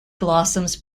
blossoms